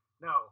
No